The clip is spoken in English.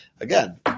again